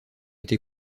été